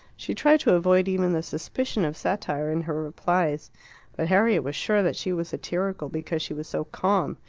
she tried to avoid even the suspicion of satire in her replies. but harriet was sure that she was satirical because she was so calm.